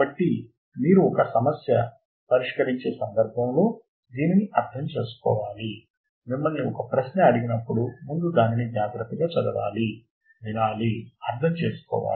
కాబట్టి మీరు ఒక సమస్య పరిష్కరించే సందర్భములో దీనిని అర్థం చేసుకోవాలి మిమ్మల్ని ఒక ప్రశ్న అడిగినప్పుడు ముందు దానిని జాగ్రత్తగా చదవాలి వినాలి అర్ధము చేసుకోవాలి